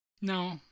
No